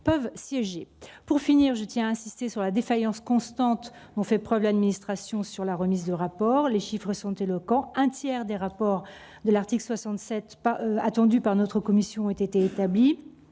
Pour finir, je tiens à insister sur la défaillance constante dont fait preuve l'administration en matière de remise de rapports. Les chiffres sont éloquents : un tiers des rapports de l'article 67 attendus par notre commission ont été établis